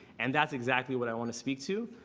and that's exactly what i want to speak to.